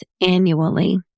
annually